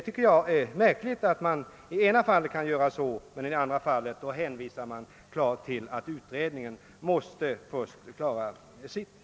Jag tycker det är märkligt att man i det ena fallet kan föregripa utredningens resultat, medan man i det andra fallet hän visar till att utredningen först måste slutföra sitt arbete.